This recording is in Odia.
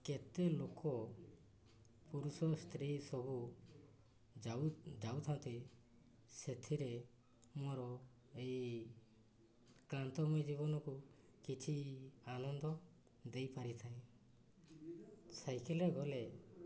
କେତେ ଲୋକ ପୁରୁଷ ସ୍ତ୍ରୀ ସବୁ ଯାଉଥାନ୍ତି ସେଥିରେ ମୋର ଏଇ କ୍ଳାନ୍ତମୟ ଜୀବନକୁ କିଛି ଆନନ୍ଦ ଦେଇପାରିଥାଏ ସାଇକେଲରେ ଗଲେ